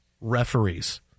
referees